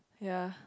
ya